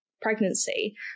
pregnancy